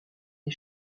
les